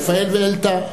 רפא"ל ו"אלתא".